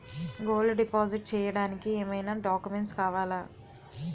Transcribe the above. Gold deposit చేయడానికి ఏమైనా documents కావాలా?